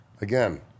again